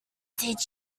did